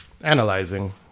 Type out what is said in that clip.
Analyzing